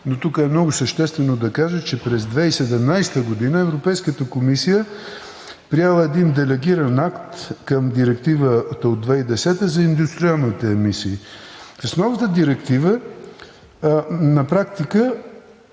Но тук е много съществено да кажа, че през 2017 г. Европейската комисия е приела делегиран акт към Директивата от 2010 г. за индустриалните емисии. С новата директива на практика